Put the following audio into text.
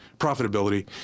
profitability